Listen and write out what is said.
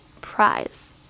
prize